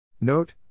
Note